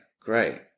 Great